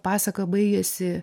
pasaka baigiasi